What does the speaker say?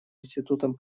институтом